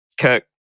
Kirk